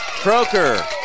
Croker